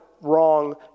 wrong